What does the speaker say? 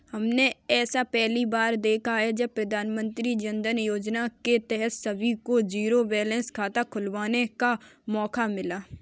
हमने ऐसा पहली बार देखा है जब प्रधानमन्त्री जनधन योजना के तहत सभी को जीरो बैलेंस खाते खुलवाने का मौका मिला